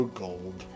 gold